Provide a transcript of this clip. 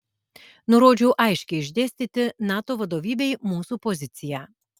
nurodžiau aiškiai išdėstyti nato vadovybei mūsų poziciją